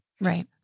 Right